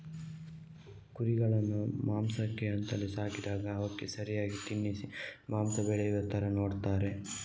ಕುರಿಗಳನ್ನ ಮಾಂಸಕ್ಕೆ ಅಂತಲೇ ಸಾಕಿದಾಗ ಅವಕ್ಕೆ ಸರಿಯಾಗಿ ತಿನ್ನಿಸಿ ಮಾಂಸ ಬೆಳೆಯುವ ತರ ನೋಡ್ತಾರೆ